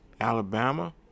Alabama